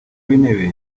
w’intebe